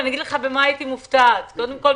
אני אגיד לך במה הייתי מופתעת: קודם כל,